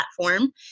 platform